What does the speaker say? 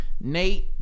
Nate